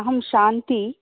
अहं शान्ती